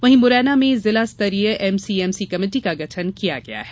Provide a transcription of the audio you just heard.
वहीं मुरैना में जिला स्तरीय एमसीएमसी कमेटी का गठन किया गया है